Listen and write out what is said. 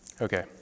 Okay